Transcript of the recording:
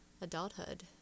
adulthood